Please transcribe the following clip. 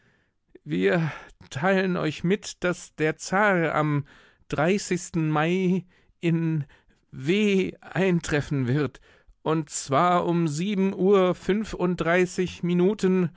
wir teilen euch mit daß der zar am mai in w eintreffen wird und zwar um uhr minuten